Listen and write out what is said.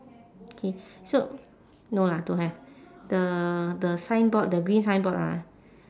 K so no ah don't have the the signboard the green signboard ah